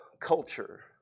culture